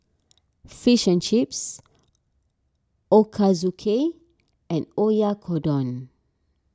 Fish and Chips Ochazuke and Oyakodon